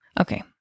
Okay